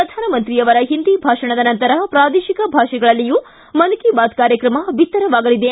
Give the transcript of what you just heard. ಪ್ರಧಾನಮಂತ್ರಿ ಅವರ ಹಿಂದಿ ಭಾಷಣದ ನಂತರ ಪ್ರಾದೇಶಿಕ ಭಾಷೆಗಳಲ್ಲಿಯೂ ಮನ್ ಕಿ ಬಾತ್ ಕಾರ್ಯಕ್ರಮ ಬಿತ್ತರವಾಗಲಿದೆ